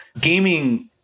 Gaming